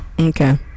Okay